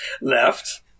Left